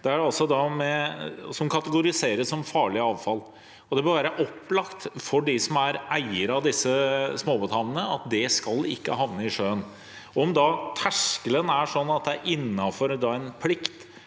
som kategoriseres som farlig avfall. Det må være opplagt for dem som er eiere av disse småbåthavnene, at dette ikke skal havne i sjøen. Om terskelen da er sånn at det er innenfor en plikt